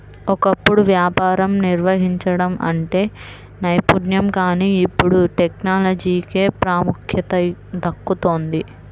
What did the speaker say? ఒకప్పుడు వ్యాపారం నిర్వహించడం అంటే నైపుణ్యం కానీ ఇప్పుడు టెక్నాలజీకే ప్రాముఖ్యత దక్కుతోంది